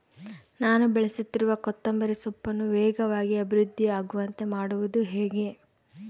ನಾನು ಬೆಳೆಸುತ್ತಿರುವ ಕೊತ್ತಂಬರಿ ಸೊಪ್ಪನ್ನು ವೇಗವಾಗಿ ಅಭಿವೃದ್ಧಿ ಆಗುವಂತೆ ಮಾಡುವುದು ಹೇಗೆ?